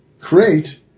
create